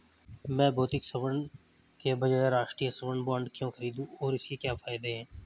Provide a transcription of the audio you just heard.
मैं भौतिक स्वर्ण के बजाय राष्ट्रिक स्वर्ण बॉन्ड क्यों खरीदूं और इसके क्या फायदे हैं?